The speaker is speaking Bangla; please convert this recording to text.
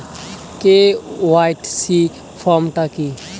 কে.ওয়াই.সি ফর্ম টা কি?